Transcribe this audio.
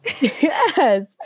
Yes